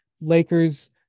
Lakers